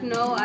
no